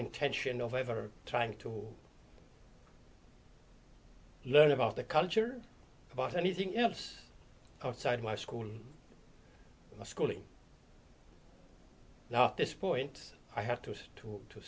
intention of ever trying to learn about the culture about anything else outside my school my schooling now at this point i have to say to to